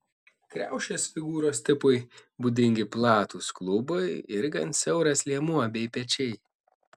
kriaušės figūros tipui būdingi platūs klubai ir gan siauras liemuo bei pečiai